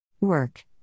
work